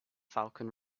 falcon